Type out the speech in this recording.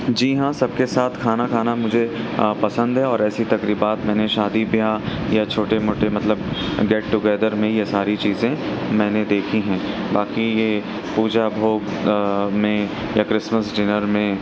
جی ہاں سب کے ساتھ کھانا کھانا مجھے آ پسند ہے اور ایسی تقریبات میں نے شادی بیاہ یا چھوٹے موٹے مطلب گیٹ ٹُوگیدر میں یہ ساری چیزیں میں نے دیکھی ہیں باقی یہ پوجا بھوگ میں یا کرسمس ڈِنر میں